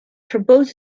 verbood